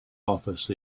office